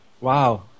wow